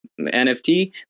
nft